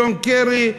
ג'ון קרי,